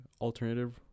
Alternative